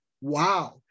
wow